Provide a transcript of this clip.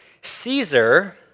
Caesar